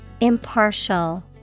Impartial